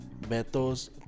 Beto's